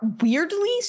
weirdly